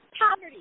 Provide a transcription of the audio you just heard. Poverty